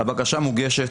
הבקשה מוגשת,